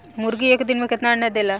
मुर्गी एक दिन मे कितना अंडा देला?